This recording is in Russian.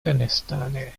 афганистане